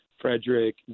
Frederick